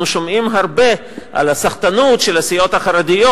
אנחנו שומעים הרבה על הסחטנות של הסיעות החרדיות,